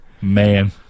Man